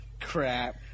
Crap